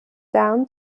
down